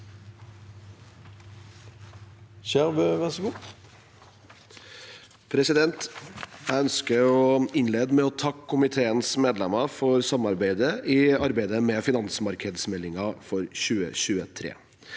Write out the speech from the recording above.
nr. 29): Jeg ønsker å innlede med å takke komiteens medlemmer for samarbeidet i arbeidet med finansmarkedsmeldingen for 2023.